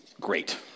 great